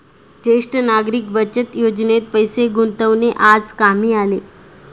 ज्येष्ठ नागरिक बचत योजनेत पैसे गुंतवणे आज कामी आले